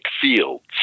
fields